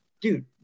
dude